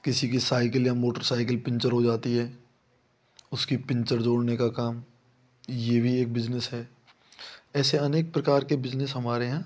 किसी की साइकिल या मोटर सायकिल पंचर हो जाती है उसकी पिंचर जोड़ने का काम ये भी एक बिजनेस है ऐसे अनेक प्रकार के बिजनेस हमारे यहाँ